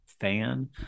fan